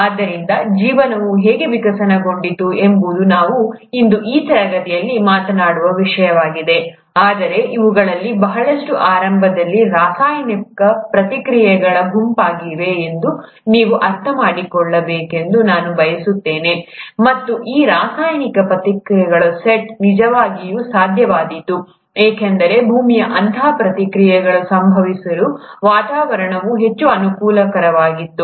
ಆದ್ದರಿಂದ ಜೀವನವು ಹೇಗೆ ವಿಕಸನಗೊಂಡಿತು ಎಂಬುದು ನಾವು ಇಂದು ಈ ತರಗತಿಯಲ್ಲಿ ಮಾತನಾಡುವ ವಿಷಯವಾಗಿದೆ ಆದರೆ ಇವುಗಳಲ್ಲಿ ಬಹಳಷ್ಟು ಆರಂಭದಲ್ಲಿ ರಾಸಾಯನಿಕ ಪ್ರತಿಕ್ರಿಯೆಗಳ ಗುಂಪಾಗಿದೆ ಎಂದು ನೀವು ಅರ್ಥಮಾಡಿಕೊಳ್ಳಬೇಕೆಂದು ನಾನು ಬಯಸುತ್ತೇನೆ ಮತ್ತು ಈ ರಾಸಾಯನಿಕ ಪ್ರತಿಕ್ರಿಯೆಗಳ ಸೆಟ್ ನಿಜವಾಗಿಯೂ ಸಾಧ್ಯವಾಯಿತು ಏಕೆಂದರೆ ಭೂಮಿಯ ಅಂತಹ ಪ್ರತಿಕ್ರಿಯೆಗಳು ಸಂಭವಿಸಲು ವಾತಾವರಣವು ಹೆಚ್ಚು ಅನುಕೂಲಕರವಾಗಿತ್ತು